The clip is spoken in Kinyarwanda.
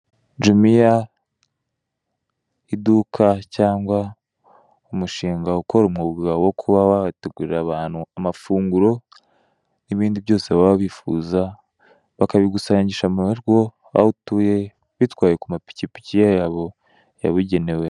Jumiya iduka cyangwa umushinga ukora umwuga wo kuba wategurira abantu amafunguro nibindi byose baba bifuza bakabigusangisha murugo aho utuye bitwawe kuma pikipiki yabo yabigenewe.